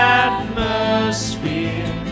atmosphere